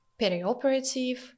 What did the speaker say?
Perioperative